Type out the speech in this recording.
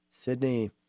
Sydney